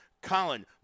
Colin